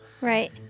Right